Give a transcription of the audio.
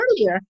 earlier